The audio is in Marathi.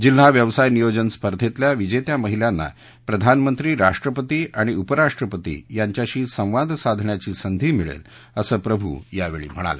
जिल्हा व्यवसाय नियोजन स्पर्धेतल्या विजेत्या महिलांना प्रधानमंत्री राष्ट्रपती आणि उपराष्ट्रपती यांच्याशी संवाद साधण्याची संधी मिळेल असं प्रभू यावेळी म्हणाले